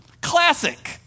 Classic